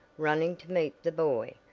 running to meet the boy,